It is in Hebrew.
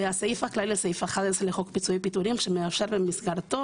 סעיף 11 הוא הסעיף הכללי לחוק פיצויי פיטורין שמאפשר במסגרתו